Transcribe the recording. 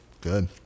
Good